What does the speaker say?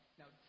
now